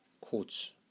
courts